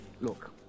Look